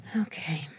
okay